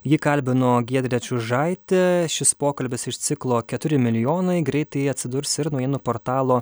jį kalbino giedrė čiužaitė šis pokalbis iš ciklo keturi milijonai greitai atsidurs ir naujienų portalo